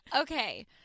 Okay